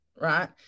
right